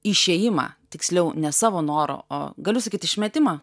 išėjimą tiksliau ne savo noru o galiu sakyt išmetimą